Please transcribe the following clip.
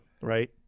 Right